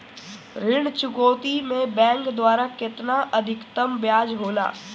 ऋण चुकौती में बैंक द्वारा केतना अधीक्तम ब्याज होला?